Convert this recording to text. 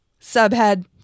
Subhead